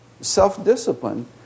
Self-discipline